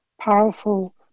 powerful